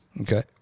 okay